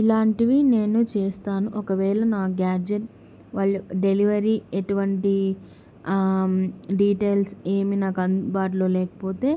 ఇలాంటివి నేను చేస్తాను ఒకవేళ నా గ్యాజెట్ వాళ్ళ డెలివరీ ఎటువంటి డీటెయిల్స్ ఏమి నాకు అందుబాటులో లేకపోతే